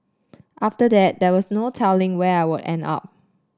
after that there was no telling where I would end up